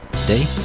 Today